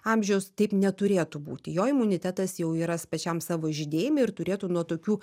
amžiaus taip neturėtų būti jo imunitetas jau yra pačiam savo žydėjime ir turėtų nuo tokių